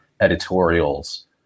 editorials